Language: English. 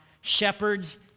shepherds